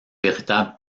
véritables